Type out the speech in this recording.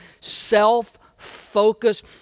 self-focused